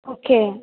okay